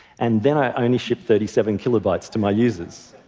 and then i only shipped thirty seven kilobytes to my users.